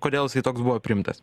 kodėl jisai toks buvo priimtas